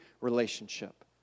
relationship